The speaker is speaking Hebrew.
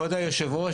כבוד יושב הראש,